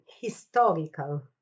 historical